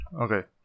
okay